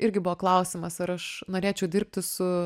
irgi buvo klausimas ar aš norėčiau dirbti su